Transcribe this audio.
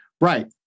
right